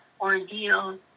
ordeal